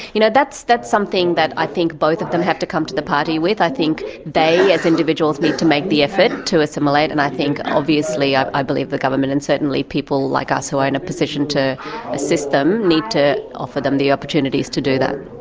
you know that's that's something that i think both of them have to come to the party with. i think they as individuals need to make the effort to assimilate and i think obviously ah i believe the government and certainly people like us who are in a position to assist them need to offer them the opportunities to do that.